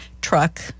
truck